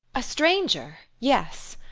a stranger, yes!